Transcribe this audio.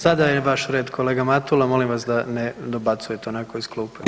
Sada je vaš red kolega Matula, molim vas da ne dobacujete onako iz klupa.